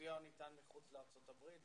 סיוע ניתן לקהילות מחוץ לארצות הברית.